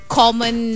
common